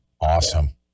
Awesome